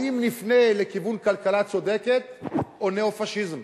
האם נפנה לכיוון כלכלה צודקת או ניאו-פאשיזם?